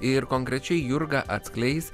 ir konkrečiai jurga atskleis